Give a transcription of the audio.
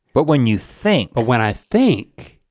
but when you think. but when i think.